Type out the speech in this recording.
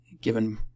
given